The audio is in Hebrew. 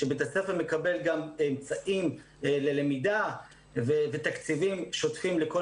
שבית הספר מקבל גם אמצעים ללמידה ותקציבים שוטפים לכל